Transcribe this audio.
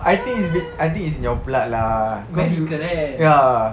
I think is I think is in your blood lah cause you ya